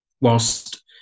whilst